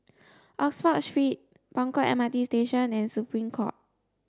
Oxford Street Buangkok MRT Station and Supreme Court